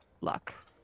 luck